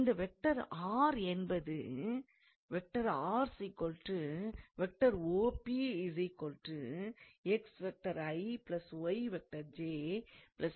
இந்த vector r என்பது க்குச் சமமாக இருக்கும்